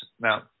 now